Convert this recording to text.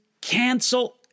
cancel